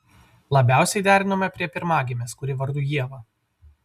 labiausiai derinome prie pirmagimės kuri vardu ieva